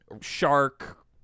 shark